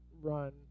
run